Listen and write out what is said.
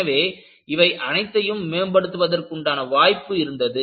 எனவே இவை அனைத்தையும் மேம்படுத்துவதற்குண்டான வாய்ப்பு இருந்தது